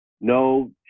No